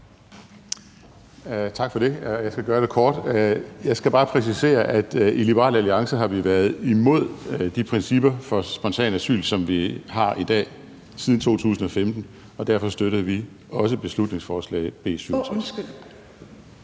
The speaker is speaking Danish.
Tak for det. Jeg skal gøre det kort. Jeg skal bare præcisere, at i Liberal Alliance har vi været imod de principper for spontant asyl, som vi har i dag, siden 2015. Derfor støtter vi også beslutningsforslag B 67. Kl.